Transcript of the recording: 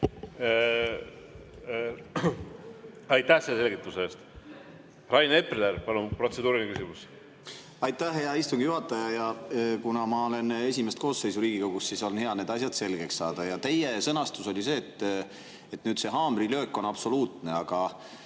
Aitäh selle selgituse eest! Rain Epler, palun, protseduuriline küsimus! Aitäh, hea istungi juhataja! Kuna ma olen esimest koosseisu Riigikogus, siis on hea need asjad selgeks saada. Teie sõnastus oli see, et haamrilöök on absoluutne, aga